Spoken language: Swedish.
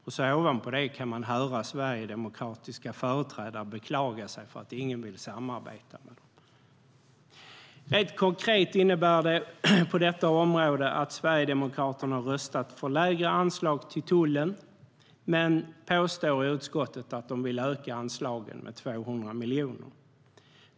Och så ovanpå det kan man höra företrädare för Sverigedemokraterna beklaga sig över att ingen vill samarbeta med dem. Rent konkret innebär det på detta område att Sverigedemokraterna har röstat för lägre anslag till tullen, men i utskottet påstår de att de vill öka anslagen med 200 miljoner.